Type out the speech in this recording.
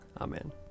Amen